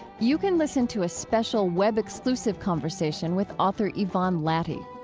you can listen to a special web exclusive conversation with author yvonne latty.